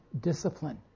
discipline